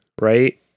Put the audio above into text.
right